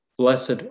Blessed